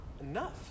enough